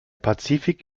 pazifik